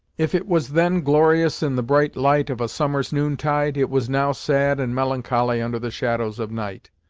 if it was then glorious in the bright light of a summer's noon-tide, it was now sad and melancholy under the shadows of night.